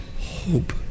hope